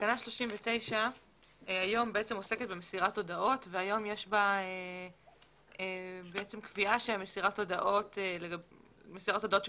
תקנה 39 היום עוסקת במסירת והיום יש בה קביעה שמסירת הודעות שכתובות